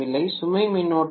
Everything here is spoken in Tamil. சுமை மின்னோட்டம் இல்லை